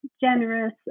generous